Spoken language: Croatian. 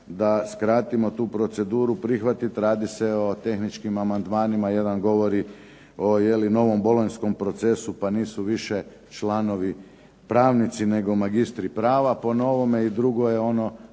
da skratimo tu proceduru prihvatiti. Radi se o tehničkim amandmanima. Jedan govori o novom Bolonjskom procesu, pa nisu više članovi pravnici, nego magistri prava po novome. I drugo je ono